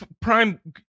prime